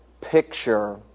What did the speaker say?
picture